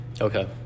okay